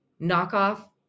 knockoff